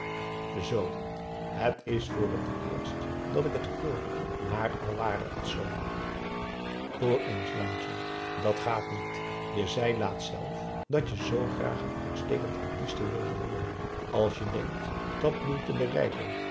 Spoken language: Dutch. het is voor t eerst dat ik het hoor maar al ware het zoo hoor eens nantje dat gaat niet je zei laatst zelf dat je zoo graag een uitstekend artiste wilde worden als je denkt dat doel te bereiken